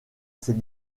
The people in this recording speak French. ses